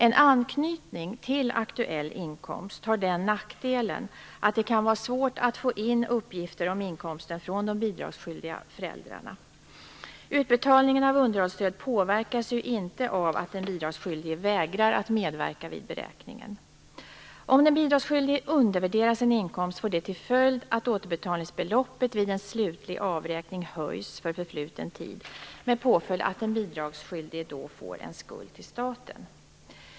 En anknytning till aktuell inkomst har den nackdelen att det kan vara svårt att få in uppgifter om inkomsten från de bidragsskyldiga föräldrarna. Utbetalningen av underhållsstöd påverkas ju inte av att den bidragsskyldige vägrar att medverka vid beräkningen. Om den bidragsskyldige undervärderar sin inkomst får detta till följd att återbetalningsbeloppet vid en slutlig avräkning höjs för förfluten tid med påföljd att den bidragsskyldige då får en skuld till staten.